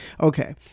Okay